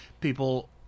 people